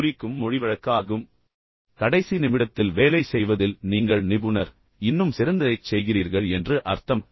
நீங்கள் 11 வது மணிநேரத்தில் தேர்ச்சி பெற்றவர் என்றால் கடைசி நிமிடத்தில் வேலை செய்வதில் நீங்கள் நிபுணர் இன்னும் சிறந்ததைச் செய்கிறீர்கள் என்று அர்த்தம்